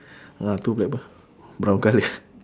ah two black bird brown colour